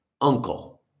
uncle